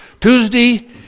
Tuesday